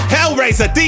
Hellraiser